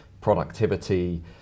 productivity